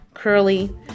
curly